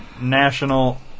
national